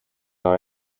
our